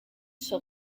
son